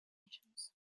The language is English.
nations